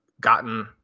gotten